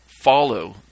follow